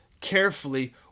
carefully